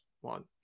one